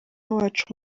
wacu